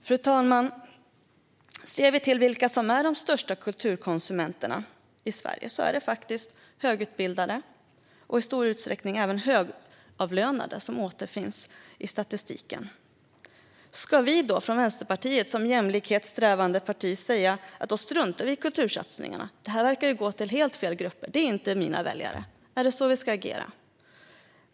Fru talman! Bland de största kulturkonsumenterna i Sverige återfinns faktiskt de högutbildade och i stor utsträckning även de högavlönade. Ska Vänsterpartiet som ett jämlikhetssträvande parti då strunta i kultursatsningarna? Det verkar ju ändå bara gå till helt fel grupper. Det är inte våra väljare. Ska vi agera så?